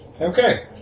Okay